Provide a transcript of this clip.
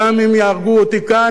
גם אם יהרגו אותי כאן,